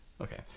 okay